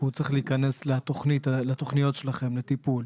הוא צריך להיכנס לתוכניות שלכם לטיפול.